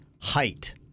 Height